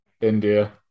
India